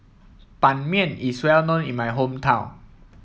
Ban Mian is well known in my hometown